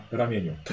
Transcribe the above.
ramieniu